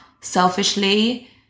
selfishly